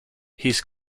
his